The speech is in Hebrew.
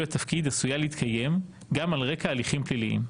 התפקיד עשויה להתקיים גם על רקע הליכים פליליים.